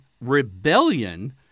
rebellion